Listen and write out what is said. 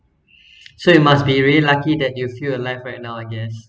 so you must be really lucky that you feel alive right now I guess